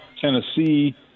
Tennessee